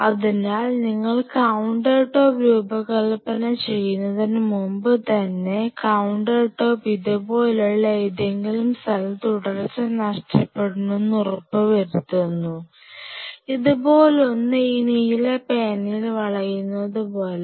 അതിനാൽ നിങ്ങൾ counter top രൂപകൽപ്പന ചെയ്യുന്നതിന് മുമ്പുതന്നെ കൌണ്ടർ ടോപ്പ് ഇതുപോലുള്ള എന്തെങ്കിലും സ്ഥലത്തു തുടർച്ച നഷ്ടപെടുന്നുവെന്ന് ഉറപ്പുവരുത്തുന്നു ഇതുപോലൊന്ന് ഈ നീല പേനയിൽ വളയുന്നത് പോലെ